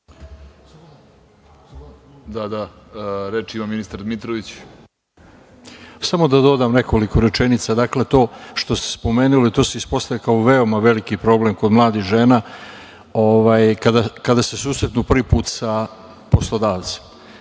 Dmitrović. **Radomir Dmitrović** Samo da dodam nekoliko rečenica. Dakle, to što ste spomenuli, to se ispostavlja kao veoma veliki problem kod mladih žena, kada se susretnu prvi put sa poslodavcem